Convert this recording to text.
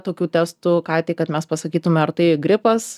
tokių testų ką tik kad mes pasakytume ar tai gripas